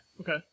Okay